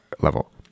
level